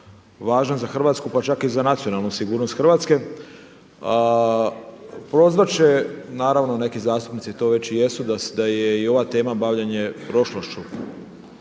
važan za Hrvatsku, pa čak i za nacionalnu sigurnost Hrvatske. Prozvat će naravno neki zastupnici to već i jesu da je i ova tema bavljenje prošlošću.